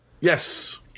Yes